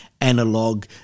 analog